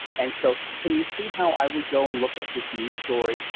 and so can you see how i would go and look up this new story,